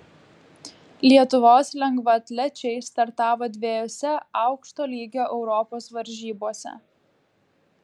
lietuvos lengvaatlečiai startavo dviejose aukšto lygio europos varžybose